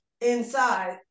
inside